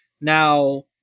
Now